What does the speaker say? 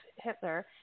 Hitler